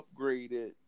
upgraded